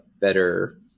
better